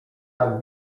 tak